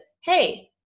hey